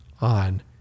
on